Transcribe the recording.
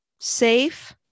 safe